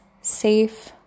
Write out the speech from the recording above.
safe